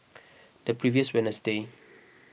the previous Wednesday